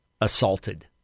assaulted